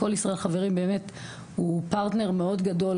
"כל ישראל חברים" באמת הוא פרטנר מאוד גדול,